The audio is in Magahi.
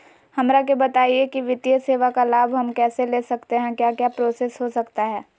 हमरा के बताइए की वित्तीय सेवा का लाभ हम कैसे ले सकते हैं क्या क्या प्रोसेस हो सकता है?